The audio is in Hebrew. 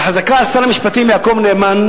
וחזקה על שר המשפטים יעקב נאמן,